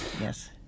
Yes